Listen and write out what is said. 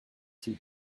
tea